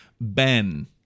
ben